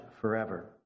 forever